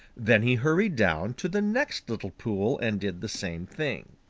then he hurried down to the next little pool and did the same thing.